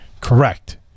Correct